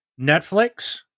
Netflix